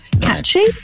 catchy